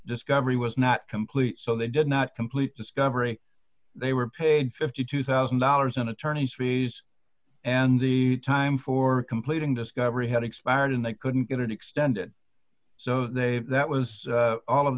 discovery was not complete so they did not complete discovery they were paid fifty two thousand dollars in attorney's fees and the time for completing discovery had expired and they couldn't get it extended so they that was all of